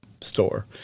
store